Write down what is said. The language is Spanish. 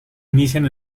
inician